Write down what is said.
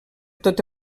tot